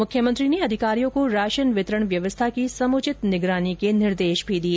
मुख्यमंत्री ने अधिकारियों को राशन वितरण व्यवस्था की समुचित निगरानी के निर्देश भी दिए